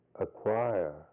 acquire